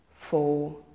four